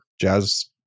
Jazz